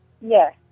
yes